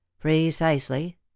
Precisely